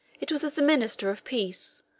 it was as the minister of peace,